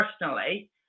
personally